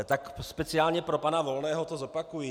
Tak speciálně pro pana Volného to zopakuji.